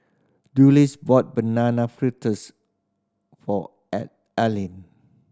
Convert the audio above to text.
Dulce bought Banana Fritters for Alaina